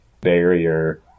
barrier